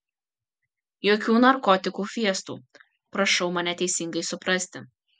jokių narkotikų fiestų prašau mane teisingai suprasti